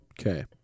Okay